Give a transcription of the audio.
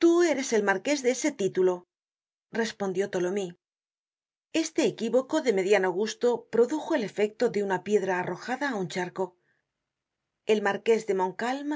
tú eres el marqués de ese título respondió tholomyes este equívoco de mediano gusto produjo el efecto de una piedra arrojada á un charco el marqués de montealm